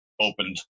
opened